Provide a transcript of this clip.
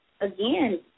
again